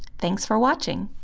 thanks for watching!